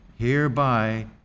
Hereby